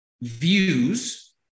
views